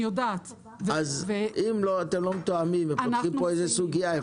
אם אתם לא מתואמים, אתם פותחים כאן סוגיה.